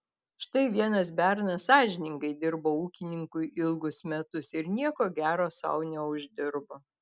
štai vienas bernas sąžiningai dirbo ūkininkui ilgus metus ir nieko gero sau neuždirbo